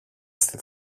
στη